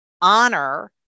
honor